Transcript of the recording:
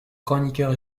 chroniqueur